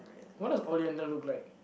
what does Oliander look like